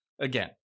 again